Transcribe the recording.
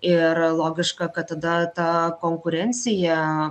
ir logiška kad tada ta konkurencija